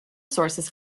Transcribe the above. sources